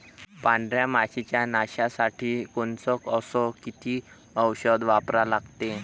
पांढऱ्या माशी च्या नाशा साठी कोनचं अस किती औषध वापरा लागते?